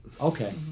Okay